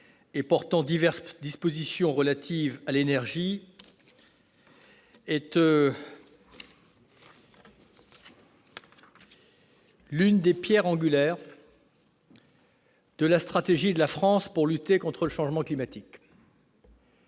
et portant diverses dispositions relatives à l'énergie est l'une des pierres angulaires de la stratégie de la France pour lutter contre le changement climatique.